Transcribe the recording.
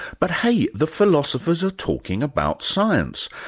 but hey, the philosophers are talking about science,